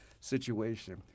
situation